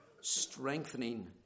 strengthening